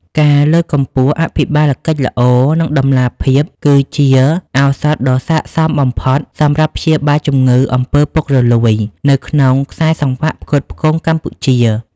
ការលើកកម្ពស់អភិបាលកិច្ចល្អ និងតម្លាភាព គឺជាឱសថដ៏ស័ក្តិសមបំផុតសម្រាប់ព្យាបាលជំងឺ អំពើពុករលួយ នៅក្នុងខ្សែសង្វាក់ផ្គត់ផ្គង់កម្ពុជា។